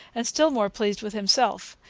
and still more pleased with himself.